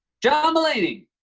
john mulaney!